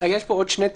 יש פה עוד שני תיקונים.